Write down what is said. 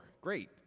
Great